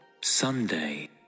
Sunday